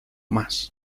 más